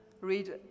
read